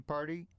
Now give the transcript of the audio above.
Party